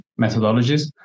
methodologies